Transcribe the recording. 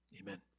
Amen